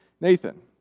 Nathan